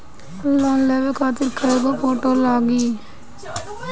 Loan लेवे खातिर कै गो फोटो लागी?